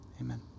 Amen